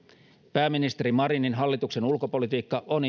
pääministeri marinin hallituksen ulkopolitiikka on